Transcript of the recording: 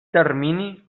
termini